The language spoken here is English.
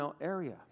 area